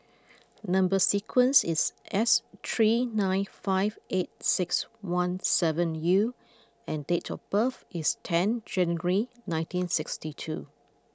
number sequence is S three nine five eight six one seven U and date of birth is ten January nineteen sixty two